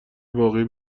واقعی